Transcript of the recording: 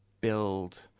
build